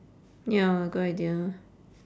ya good idea